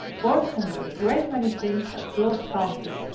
boys can do a great many things that girls can't do.